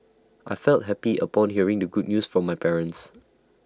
I felt happy upon hearing the good news from my parents